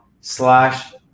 slash